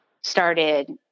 started